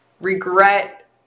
regret